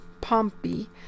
pompey